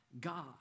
God